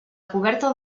coberta